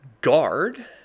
guard